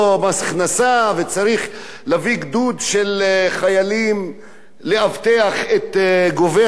וצריך להביא גדוד של חיילים לאבטח את גובי מס הכנסה.